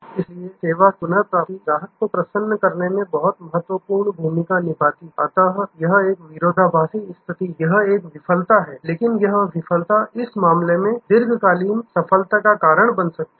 इसलिए सेवा की पुनर्प्राप्ति ग्राहक को प्रसन्न करने में बहुत महत्वपूर्ण भूमिका निभाती है अतः यह एक विरोधाभासी स्थिति है यह एक विफलता है लेकिन यह विफलता इस मामले में दीर्घकालिक सफलता का कारण बन सकती है